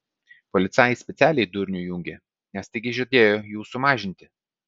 policajai specialiai durnių įjungė nes taigi žadėjo jų sumažinti